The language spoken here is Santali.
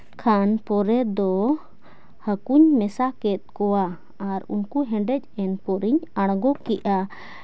ᱠᱷᱟᱱ ᱯᱚᱨᱮ ᱫᱚ ᱦᱟᱹᱠᱩᱧ ᱢᱮᱥᱟ ᱠᱮᱫ ᱠᱚᱣᱟ ᱟᱨ ᱩᱱᱠᱩ ᱦᱮᱰᱮᱡ ᱮᱱ ᱯᱚᱨᱮᱧ ᱟᱬᱜᱚ ᱠᱮᱜᱼᱟ